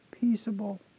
peaceable